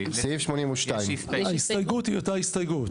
סעיף 82. ההסתייגות היא אותה הסתייגות.